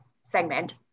segment